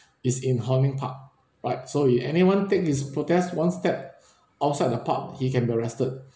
is in hong lim park right so if anyone take his protest one step outside the park he can be arrested